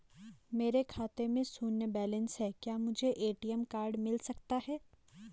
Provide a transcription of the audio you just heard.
मेरे खाते में शून्य बैलेंस है क्या मुझे ए.टी.एम कार्ड मिल सकता है?